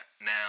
now